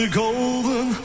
golden